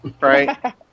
right